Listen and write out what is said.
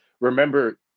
Remember